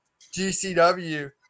GCW